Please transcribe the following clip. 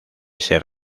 ser